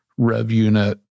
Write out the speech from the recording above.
RevUnit